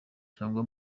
cyangwa